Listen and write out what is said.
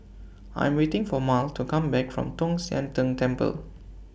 I Am waiting For Mal to Come Back from Tong Sian Tng Temple